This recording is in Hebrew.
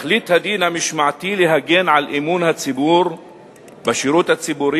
תכלית הדין המשמעתי להגן על אמון הציבור בשירות הציבורי